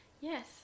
yes